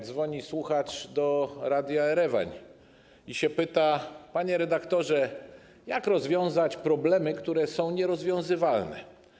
Dzwoni słuchacz do Radia Erewań i się pyta: Panie redaktorze, jak rozwiązać problemy, które są nierozwiązywalne?